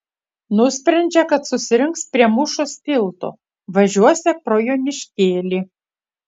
nusprendžia kad susirinks prie mūšos tilto važiuosią pro joniškėlį